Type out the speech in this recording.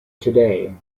today